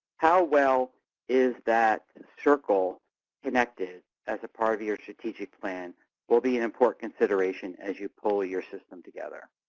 how well is that circle connected as part of your strategic plan will be an important consideration as you pull your system together.